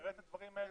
נראה את הדברים האלה,